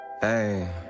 Hey